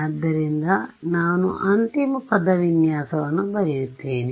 ಆದ್ದರಿಂದ ನಾನು ಅಂತಿಮ ಪದವಿನ್ಯಾಸವನ್ನು ಬರೆಯುತ್ತೇನೆ